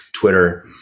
Twitter